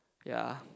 ya